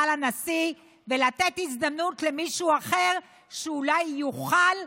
לנשיא ולתת הזדמנות למישהו אחר שאולי יוכל,